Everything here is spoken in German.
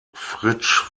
fritsch